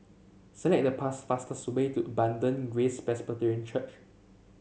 select the past fastest way to Abundant Grace Presbyterian Church